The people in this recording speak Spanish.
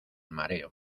mareo